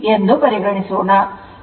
ಇದನ್ನು ಸ್ಪಷ್ಟಗೊಳಿಸುತ್ತೇನೆ